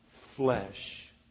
flesh